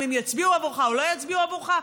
אם הם יצביעו עבורך או לא יצביעו עבורך?